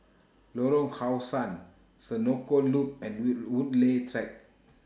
Lorong How Sun Senoko Loop and We Woodleigh Track